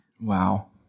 Wow